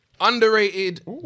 underrated